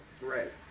Right